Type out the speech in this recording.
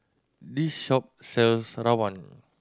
this shop sells rawon